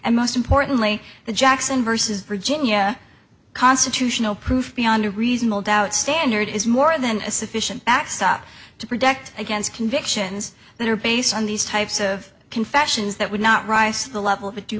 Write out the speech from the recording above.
and most importantly the jackson versus virginia constitutional proof beyond a reasonable doubt standard is more than sufficient acts up to protect against convictions that are based on these types of confessions that would not rise to the level of a due